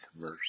verse